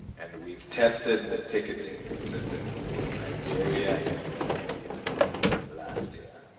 and we've tested the ticketing system in both nigeria and namibia last year.